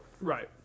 Right